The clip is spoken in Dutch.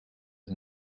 met